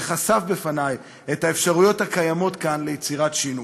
וחשף בפני את האפשרויות הקיימות כאן ליצירת שינוי.